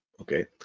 Okay